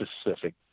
specific